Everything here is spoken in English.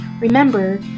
remember